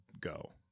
go